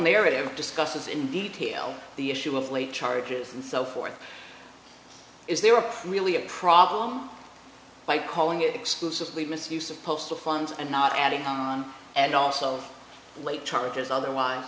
narrative discusses in detail the issue of late charges and so forth is they were really a problem by calling exclusively misuse of postal funds and not adding and also late charges otherwise